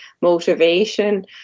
motivation